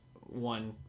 one